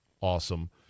awesome